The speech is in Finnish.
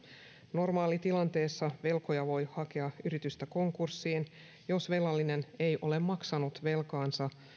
normaalitilanteessa velkoja voi hakea yritystä konkurssiin jos velallinen ei ole maksanut velkaansa